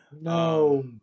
no